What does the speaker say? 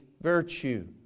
virtue